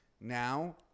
Now